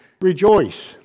Rejoice